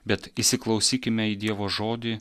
bet įsiklausykime į dievo žodį